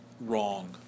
wrong